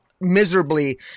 Miserably